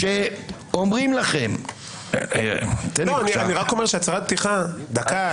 שאומרים לכם --- אני רק אומר שהצהרת פתיחה היא דקה,